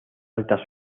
altas